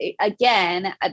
Again